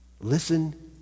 Listen